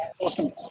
Awesome